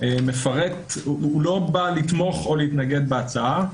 לא בא לתמוך או להתנגד להצעה,